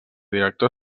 director